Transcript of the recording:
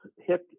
hit